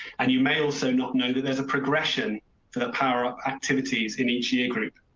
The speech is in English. and you may also not know that there's a progression for the power up activities in each year group.